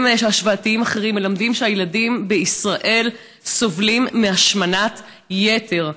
השוואתיים אחרים מלמדים שהילדים בישראל סובלים מהשמנת יתר.